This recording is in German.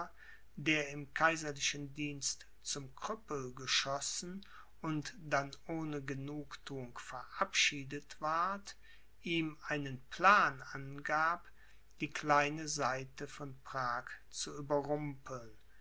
der im kaiserlichen dienst zum krüppel geschossen und dann ohne genugthuung verabschiedet ward ihm einen plan angab die kleine seite von prag zu überrumpeln